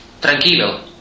Tranquilo